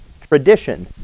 tradition